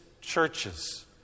churches